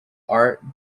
art